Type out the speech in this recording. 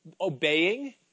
obeying